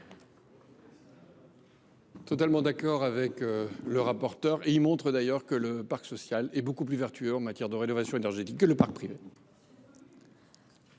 totalement d’accord avec le rapporteur spécial. L’indicateur existant montre d’ailleurs que le parc social est beaucoup plus vertueux en matière de rénovation énergétique que le parc privé.